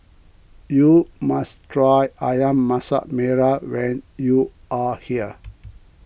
you must try Ayam Masak Merah when you are here